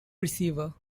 receiver